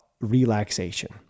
relaxation